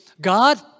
God